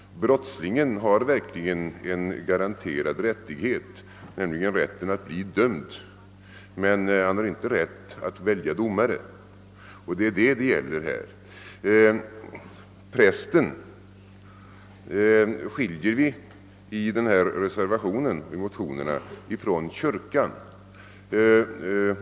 Brottslingen har verkligen en garanterad rättighet, nämligen rätten att bli dömd, men han har inte rätt att välja domare. Det är detta det gäller här. I reservationen och i motionerna skiljer vi mellan prästen och kyrkan.